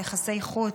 יחסי חוץ,